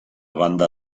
banda